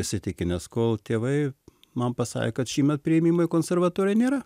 įsitikinęs kol tėvai man pasakė kad šįmet priėmimo į konservatoriją nėra